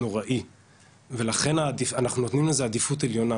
נוראי ולכן אנחנו נותנים לזה עדיפות עליונה,